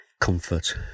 comfort